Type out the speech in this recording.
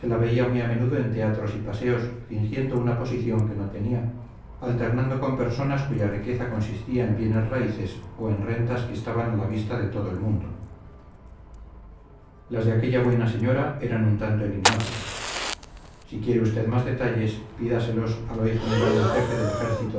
veía muy a menudo en teatros y paseos fingiendo una posición que no tenía alternando con personas cuya riqueza consistía en bienes raíces o en rentas que estaban a la vista de todo el mundo las de aquella buena señora eran un tanto enigmáticas si quiere usted más detalles pídaselos al hoy general en jefe del ejercito